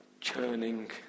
churning